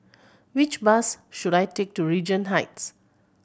which bus should I take to Regent Heights